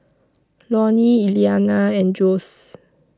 Lorne Eliana and Jose